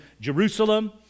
Jerusalem